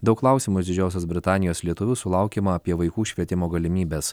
daug klausimų iš didžiosios britanijos lietuvių sulaukiama apie vaikų švietimo galimybes